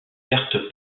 certes